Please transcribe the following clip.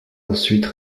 ensuite